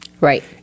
Right